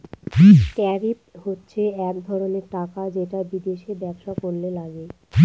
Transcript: tariff হচ্ছে এক ধরনের টাকা যেটা বিদেশে ব্যবসা করলে লাগে